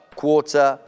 quarter